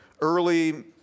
early